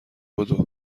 بدو